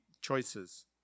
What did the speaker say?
choices